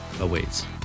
awaits